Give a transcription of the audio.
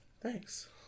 Thanks